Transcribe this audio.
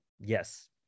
Yes